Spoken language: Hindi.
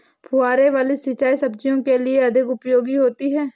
फुहारे वाली सिंचाई सब्जियों के लिए अधिक उपयोगी होती है?